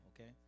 okay